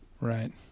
Right